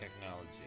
technology